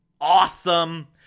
awesome